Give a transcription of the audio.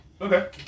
okay